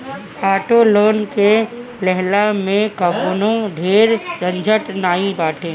auto loan के लेहला में कवनो ढेर झंझट नाइ बाटे